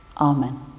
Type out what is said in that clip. Amen